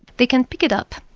they can pick it up,